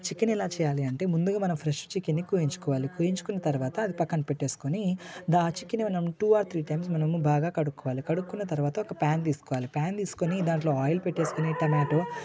chicken ఎలా చేయాలి అంటే ముందుగా మనం ఫ్రెష్ చికెన్ని కోయించుకోవాలి కోయించుకున్న తర్వాత అది పక్కన పెట్టేసుకొని ఆ చికెన్ ఏమయిన టూ ఆర్ త్రీ టైమ్స్ మనము బాగా కడుకోవాలి కడుక్కున్న తర్వాత ఒక పాన్ తీసుకోవాలి పాన్ తీసుకొని దాంట్లో ఆయిల్ పెట్టు కొని ఆ టమాటో